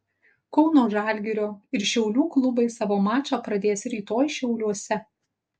kauno žalgirio ir šiaulių klubai savo mačą pradės rytoj šiauliuose